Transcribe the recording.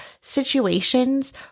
situations